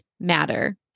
matter